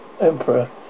Emperor